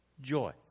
Joy